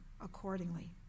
accordingly